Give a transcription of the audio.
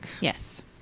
yes